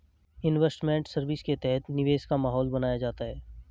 investment service के तहत निवेश का माहौल बनाया जाता है